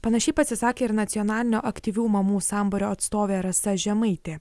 panašiai pasisakė ir nacionalinio aktyvių mamų sambūrio atstovė rasa žemaitė